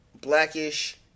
Blackish